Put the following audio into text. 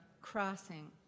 Crossing